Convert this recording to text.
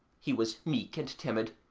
he was meek and timid,